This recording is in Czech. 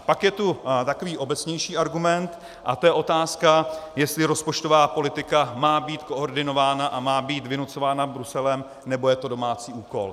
Pak je tu takový obecnější argument a to je otázka, jestli rozpočtová politika má být koordinována a má být vynucována Bruselem, nebo je to domácí úkol.